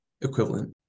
equivalent